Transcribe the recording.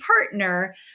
partner